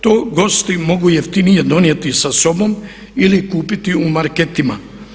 To gosti mogu jeftinije donijeti sa sobom ili kupiti u marketima.